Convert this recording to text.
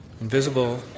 Invisible